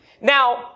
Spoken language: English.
Now